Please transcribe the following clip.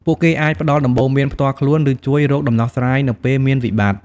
ពួកគេអាចផ្តល់ដំបូន្មានផ្ទាល់ខ្លួន ឬជួយរកដំណោះស្រាយនៅពេលមានវិបត្តិ។